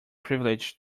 privilege